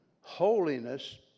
Holiness